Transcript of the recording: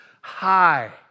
high